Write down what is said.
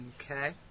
Okay